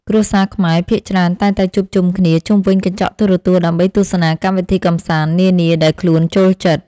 គ្រួសារខ្មែរភាគច្រើនតែងតែជួបជុំគ្នាជុំវិញកញ្ចក់ទូរទស្សន៍ ដើម្បីទស្សនាកម្មវិធីកម្សាន្តនានាដែលខ្លួនចូលចិត្ត។